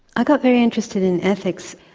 i got very interested in ethics,